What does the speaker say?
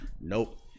nope